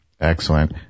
Excellent